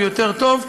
יותר טוב.